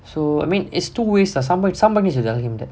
so I mean is two ways lah somebody somebody has to tell him that